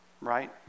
Right